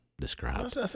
described